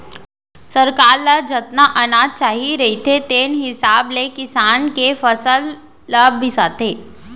सरकार ल जतका अनाज चाही रहिथे तेन हिसाब ले किसान के फसल ल बिसाथे